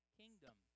kingdom